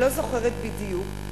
אני לא זוכרת בדיוק.